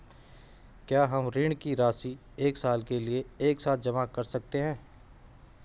क्या हम ऋण की राशि एक साल के लिए एक साथ जमा कर सकते हैं?